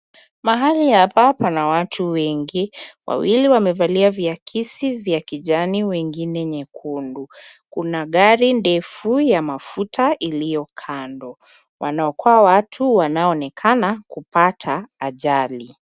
Mhali hapa pana watu wengi waeili wamevalia viakisi vya kijani wengine nyekundu kuna gari ndefu ya mafuta iliyokando wanaokoa watu wanaoonekana kupata ajali.